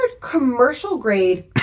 commercial-grade